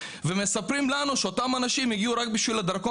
ומספרים לנו שאותם אנשים הגיעו רק בשביל הדרכון